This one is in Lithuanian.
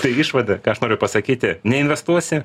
tai išvada ką aš noriu pasakyti neinvestuosi